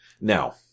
Now